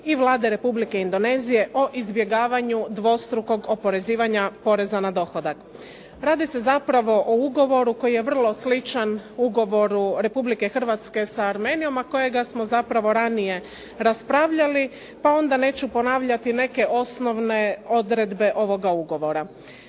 i Vlade Republike Indonezije o izbjegavanju dvostrukog oporezivanja poreza na dohodak. Radi se zapravo o Ugovoru koji je vrlo sličan Ugovoru Republike Hrvatske sa Armenijom kojega samo zapravo ranije raspravljali, pa onda neću ponavljati neke osnovne odredbe ovoga Ugovora.